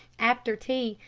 after tea,